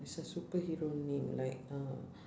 is a superhero name like uh